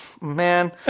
Man